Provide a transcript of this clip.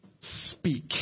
speak